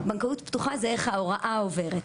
בנקאות פתוחה זה איך ההוראה עוברת.